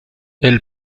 elle